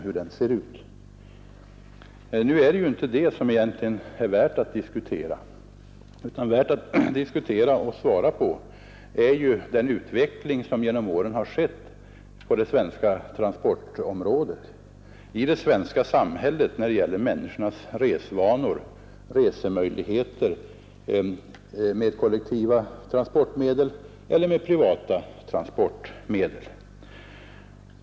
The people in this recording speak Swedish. Nu är det emellertid inte den som det är värt att diskutera, utan vi skall diskutera den utveckling som genom åren har skett på det svenska transportområdet och i det svenska samhället när det gäller människornas resvanor och möjligheter att resa med kollektiva transportmedel eller med privata transportmedel.